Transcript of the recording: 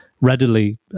readily